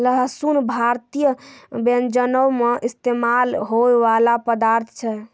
लहसुन भारतीय व्यंजनो मे इस्तेमाल होय बाला पदार्थ छै